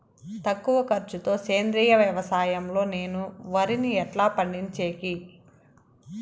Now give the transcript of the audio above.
తక్కువ ఖర్చు తో సేంద్రియ వ్యవసాయం లో నేను వరిని ఎట్లా పండించేకి?